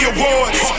Awards